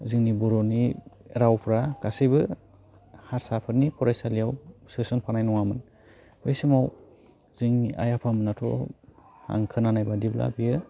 जोंनि बर'नि रावफ्रा गासैबो हारसाफोरनि फरायसालियाव सोसन फानाय नङामोन बै समाव जोंनि आइ आफामोनहाथ' आं खोनान्नाय बादिब्ला बेयो